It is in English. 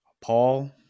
Paul